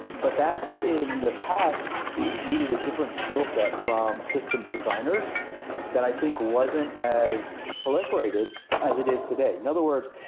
but that in the past needed a different skill set from systems designers that i think wasn't as proliferated as it is today. in other words,